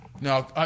Now